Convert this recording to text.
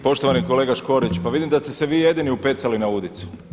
Poštovani kolega Škorić, pa vidim da ste se vi jedini upecali na udicu.